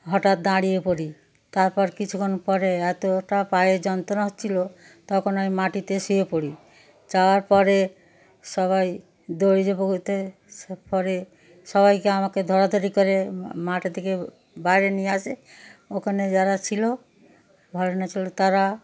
হঠাৎ দাঁড়িয়ে পড়ি তারপর কিছুক্ষণ পরে এতটা পায়ে যন্ত্রণা হচ্ছিল তখন ওই মাটিতে শুয়ে পড়ি যাওয়ার পরে সবাই দড়ি চাপা করতে আসার পরে সবাইকে আমাকে ধরাধরি করে মাঠে থেকে বাইরে নিয়ে আসে ওখানে যারা ছিল ছিল তারা